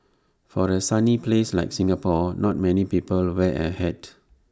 for A sunny place like Singapore not many people wear A hat